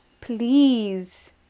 Please